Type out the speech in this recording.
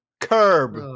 Curb